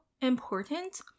important